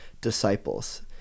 disciples